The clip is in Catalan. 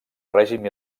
règim